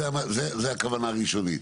זאת הכוונה הראשונית,